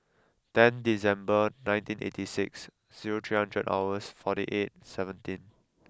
ten December nineteen eighty six zero charge at hours forty eight seventeen